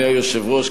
אדוני היושב-ראש,